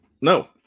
No